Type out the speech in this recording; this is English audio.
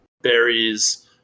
berries